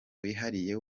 wihariye